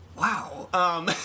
Wow